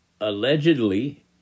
allegedly